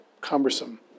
cumbersome